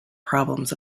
problems